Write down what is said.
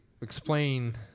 Explain